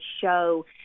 show